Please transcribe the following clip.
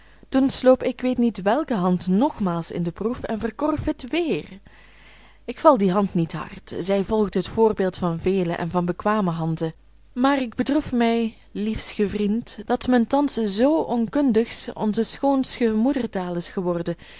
toen sloop ik weet niet welke hand nogmaals in de proef en verkorf het weer ik val die hand niet hard zij volgde het voorbeeld van vele en van bekwame handen maar ik bedroef mij liefsche vriend dat men thans zoo onkundigsch onze schoonsche moedertaal is geworden